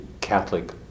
Catholic